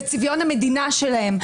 בצביון המדינה שלהם.